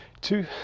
two